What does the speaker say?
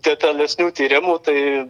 detalesnių tyrimų tai